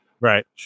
right